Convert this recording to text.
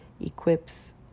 equips